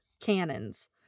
cannons